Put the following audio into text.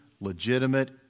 legitimate